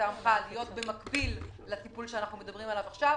היא צריכה להיות במקביל לטיפול שאנחנו מדברים עליו עכשיו